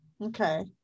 Okay